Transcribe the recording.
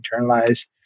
internalized